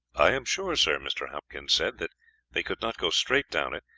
i am sure, sir, mr. hopkins said, that they could not go straight down it.